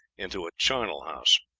into a charnal-house.